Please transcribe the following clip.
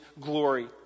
glory